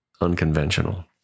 unconventional